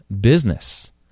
business